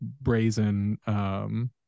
brazen